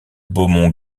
beaumont